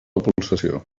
pulsació